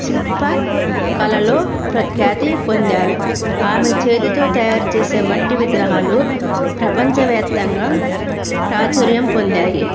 శిల్ప కళలో ప్రఖ్యాతి పొందారు ఆమె చేతితో తయారు చేసే మట్టి విగ్రహాలు ప్రపంచవ్యాప్తంగా ప్రాచుర్యం పొందాయి